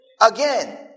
again